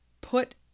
put